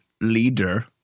leader